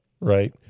right